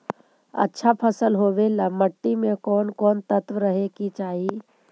अच्छा फसल होबे ल मट्टी में कोन कोन तत्त्व रहे के चाही?